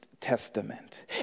testament